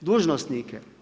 dužnosnike.